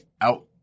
Out